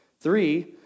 Three